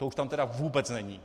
To už tam tedy vůbec není.